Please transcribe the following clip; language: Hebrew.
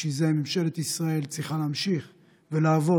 בשביל זה ממשלת ישראל צריכה להמשיך לעבוד